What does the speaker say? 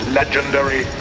legendary